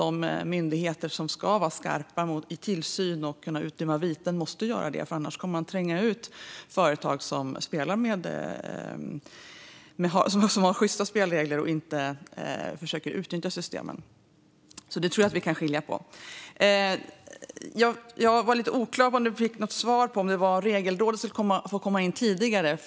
De myndigheter som ska vara skarpa i tillsyn och utdöma viten måste göra det, för annars kommer företag som har sjysta spelregler och inte försöker utnyttja systemen att trängas ut. Det tror jag alltså att vi kan skilja på. Jag tycker att det är oklart om jag fick något svar på frågan om Regelrådet ska få komma in tidigare.